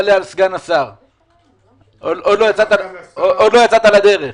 עוד לא יצאת לדרך.